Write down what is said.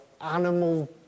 animal